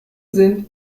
sind